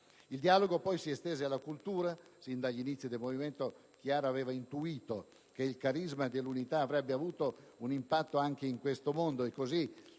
Il dialogo poi si estese alla cultura: sin dagli inizi del Movimento, Chiara aveva intuito che il carisma dell'unità avrebbe avuto un impatto anche in questo mondo.